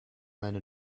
meine